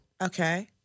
Okay